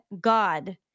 God